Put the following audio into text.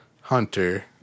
Hunter